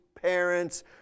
parents